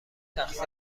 تقسیم